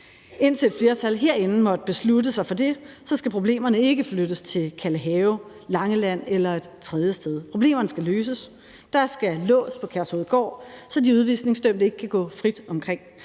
Indtil et flertal herinde måtte beslutte sig for det, skal problemerne ikke flyttes til Kalvehave, Langeland eller et tredje sted. Problemerne skal løses, og der skal lås på Kærshovedgård, så de udvisningsdømte ikke kan gå frit omkring,